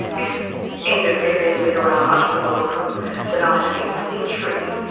this ended variously around much of the world from the nineteenth century.